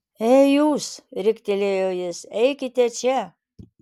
ei jūs riktelėjo jis eikite čia